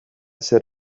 zer